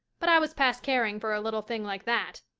but i was past caring for a little thing like that.